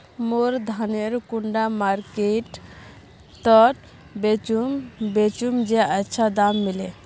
मोर धानेर कुंडा मार्केट त बेचुम बेचुम जे अच्छा दाम मिले?